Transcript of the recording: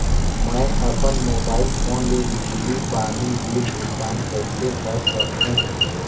मैं अपन mobile phone ले बिजली पानी बिल भुगतान कइसे कर सकहुं?